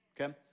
okay